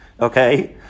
Okay